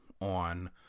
on